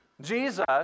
Jesus